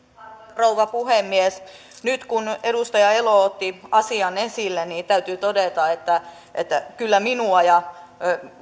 rouva puhemies nyt kun edustaja elo otti asian esille täytyy todeta että että kyllä minua ja